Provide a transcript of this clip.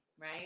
right